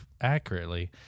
accurately